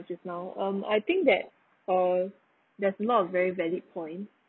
just now um I think that uh that's not a very valid point